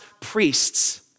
priests